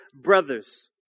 brothers